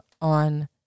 on